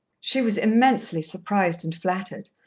she was immensely surprised and flattered,